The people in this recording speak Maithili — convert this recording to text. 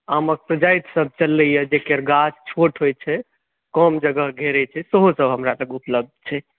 आमक प्रजातिसभ चललैए जकर गाछ छोट होइत छै कम जगह घेरैत छै सेहोसभ हमरा लग उपलब्ध छै